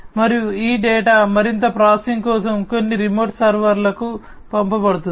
మరియు ఈ డేటా మరింత ప్రాసెసింగ్ కోసం కొన్ని రిమోట్ సర్వర్కు పంపబడుతుంది